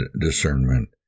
discernment